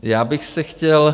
Já bych se chtěl...